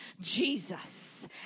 Jesus